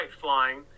flying